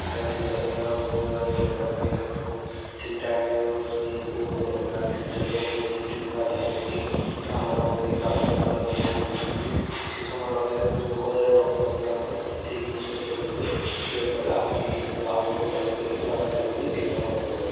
ତାକୁ ଠିକ୍ ଯତ୍ନ ନେବା ରୋଗ ଦାଉରୁ ରକ୍ଷା କରିବା ପାଇଁ ହେଲେ ତାକୁ ଠିକ୍ ଟାଇମ୍ରେ କେଉଁ ରୋଗ ଧରିଲା ସେ ରୋଗ ଟିଭି ମାଧ୍ୟମରେ ହେଉଛି ଆମର ହେଉଛି ଗ୍ରାମ ସେବକ ପାଖରୁ ଆମେ ବୁଝିକି ସେଇ ସମୟ ଲଗେଇଲେ ରୋଗ ଦାଉରୁ ରକ୍ଷା କରିବା ପାଇଁ ଆମେ ଠିକ୍ ଔଷଧ ପକେଇଲେ ସ୍ପ୍ରେ କଲେ ଆମେ ଠିକ୍ ଆଉ ରୋଗ ଧରିବନି କୀଟନାଶକ ଧରିବନି ଭଲ ଫସଲ